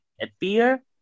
appear